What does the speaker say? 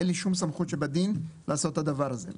אין לי שום סמכות שבדין לעשות את הדבר הזה.